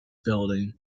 building